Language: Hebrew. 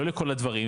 לא לכל הדברים,